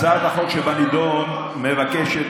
הצעת החוק שבנדון מבקשת,